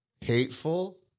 Hateful